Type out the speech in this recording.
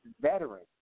veteran